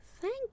thank